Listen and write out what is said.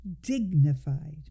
dignified